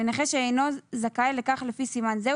לנכה שאינו זכאי לכך לפי סימן זה,